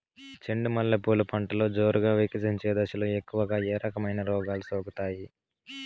చెండు మల్లె పూలు పంటలో జోరుగా వికసించే దశలో ఎక్కువగా ఏ రకమైన రోగాలు సోకుతాయి?